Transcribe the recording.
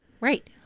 right